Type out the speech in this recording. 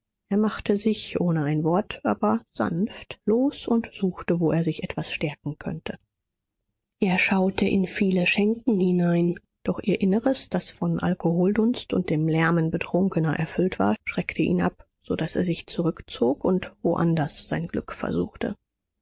er machte sich ohne ein wort aber sanft los und suchte wo er sich etwas stärken könnte er schaute in viele schenken hinein doch ihr inneres das von alkoholdunst und dem lärmen betrunkener erfüllt war schreckte ihn ab so daß er sich zurückzog und wo anders sein glück versuchte